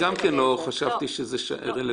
אני גם כן לא חשבתי שזה רלוונטי.